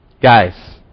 Guys